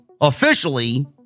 officially